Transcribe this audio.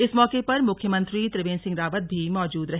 इस मौके पर मुख्यमंत्री त्रिवेंद्र सिंह रावत भी मौजूद रहे